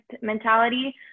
mentality